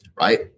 Right